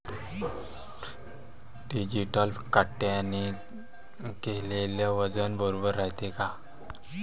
Digital काट्याने केलेल वजन बरोबर रायते का?